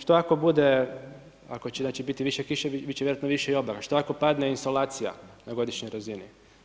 Što ako bude ako će biti više kiše bit će vjerojatno više i …, što ako padne instalacija na godišnjoj razini?